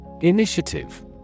Initiative